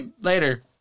later